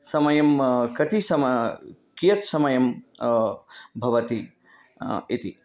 समयं कति समयः कियत् समयः भवति इति